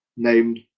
Named